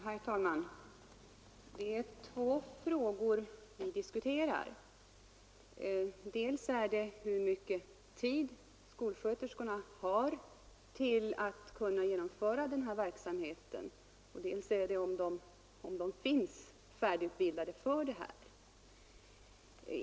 Herr talman! Det är två frågor vi diskuterar: dels hur mycket tid skolsköterskorna har till att genomföra vaccinationsverksamheten, dels vilken tillgång vi har på skolsköterskor som är färdigutbildade för den.